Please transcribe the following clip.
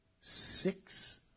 Six